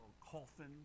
coffin